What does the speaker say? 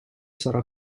sarà